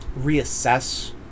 reassess